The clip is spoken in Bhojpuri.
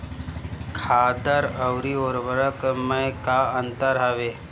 खादर अवरी उर्वरक मैं का अंतर हवे?